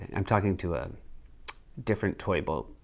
i'm talking to a different toy boat.